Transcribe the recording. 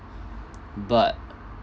but